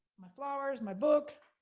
my flowers, my book,